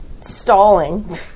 stalling